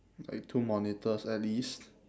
like two monitors at least